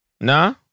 Nah